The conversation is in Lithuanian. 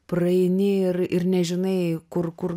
praeini ir ir nežinai kur kur